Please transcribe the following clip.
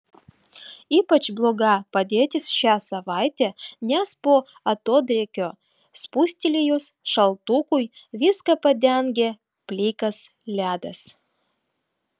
ypač bloga padėtis šią savaitę nes po atodrėkio spustelėjus šaltukui viską padengė plikas ledas